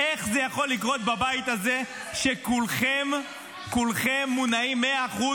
איך זה יכול לקרות בבית הזה כשכולכם מונעים ב-100%